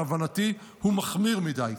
הוא מחמיר מדי,